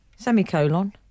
Semicolon